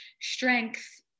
strength